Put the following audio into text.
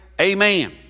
amen